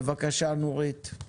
בבקשה, נורית.